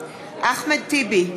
אחמד טיבי,